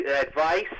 Advice